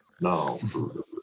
no